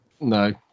no